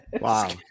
Wow